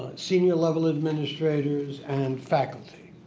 senior level administrators and faculty.